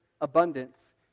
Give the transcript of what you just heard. abundance